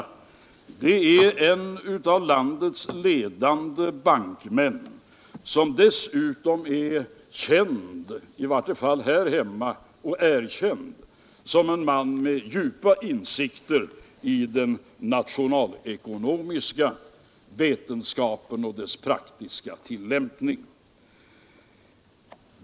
Det är en av landets ledande bankmän, som dessutom är känd — i varje fall här hemma — och erkänd som en man med djupa insikter i den nationalekonomiska vetenskapen och dess praktiska tilllämpning.